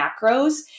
macros